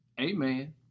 Amen